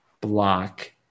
block